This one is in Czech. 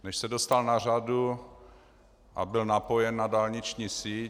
Než se dostal na řadu a byl napojen na dálniční síť.